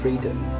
Freedom